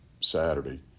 Saturday